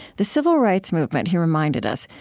the civil rights movement, he reminded us,